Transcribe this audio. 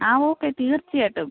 ആ ഓക്കെ തീർച്ചയായിട്ടും